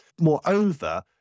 Moreover